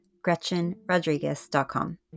GretchenRodriguez.com